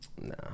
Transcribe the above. Nah